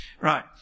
Right